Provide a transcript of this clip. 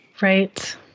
Right